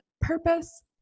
purpose